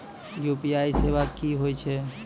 UPI सेवा की होय छै?